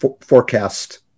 forecast